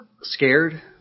scared